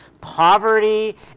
poverty